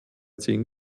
ziehen